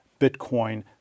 Bitcoin